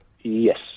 Yes